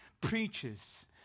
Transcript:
preaches